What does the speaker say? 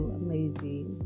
amazing